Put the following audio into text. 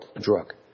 drug